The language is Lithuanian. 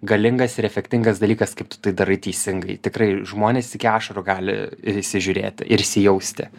galingas ir efektingas dalykas kaip tu tai darai teisingai tikrai žmonės iki ašarų gali įsižiūrėti ir įsijausti